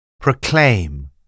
Proclaim